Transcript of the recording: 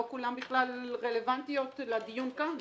לא כולן בכלל רלבנטיות לדיון כאן.